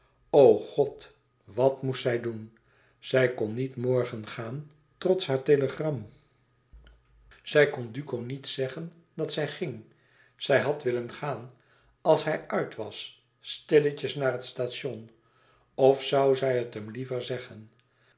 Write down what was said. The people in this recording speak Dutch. god wat moest zij doen zij kon niet morgen gaan trots haar telegram zij kon duco niet zeggen dat zij ging zij had willen gaan als hij uit was stilletjes naar het station of zoû zij het hem liever zeggen